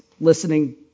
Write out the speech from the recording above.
listening